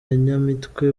nyamitwe